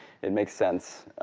it makes sense.